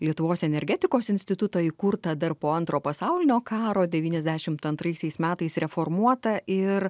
lietuvos energetikos institutą įkurtą dar po antro pasaulinio karo devyniasdešimt antraisiais metais reformuotą ir